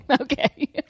okay